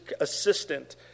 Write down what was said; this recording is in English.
assistant